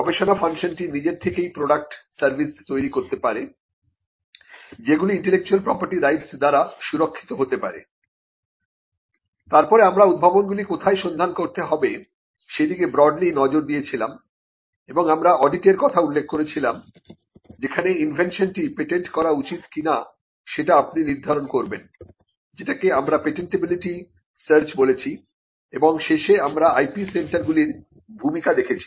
গবেষণা ফাংশনটি নিজের থেকেই প্রোডাক্ট এবং সার্ভিস তৈরি করতে পারেযেগুলি ইন্টেলেকচুয়াল প্রপার্টি রাইটস দ্বারা সুরক্ষিত হতে পারে তারপরে আমরা উদ্ভাবনগুলি কোথায় সন্ধান করতে হবে সেদিকে ব্রডলি নজর দিয়েছিলাম এবং আমরা অডিটের কথা উল্লেখ করেছিলাম যেখানে ইনভেনশনটি পেটেন্ট করা উচিত কিনা সেটা আপনি নির্ধারণ করবেন যেটাকে আমরা পেটেন্টিবিলিটি চার্জ বলেছি এবং শেষে আমরা IP সেন্টারগুলির ভূমিকা দেখেছি